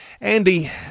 Andy